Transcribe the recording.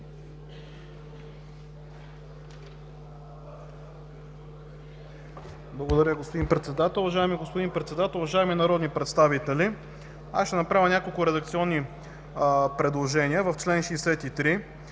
Уважаеми господин Председател, уважаеми народни представители! Аз ще направя няколко редакционни предложения. В чл. 63,